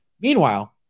meanwhile